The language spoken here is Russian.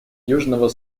южного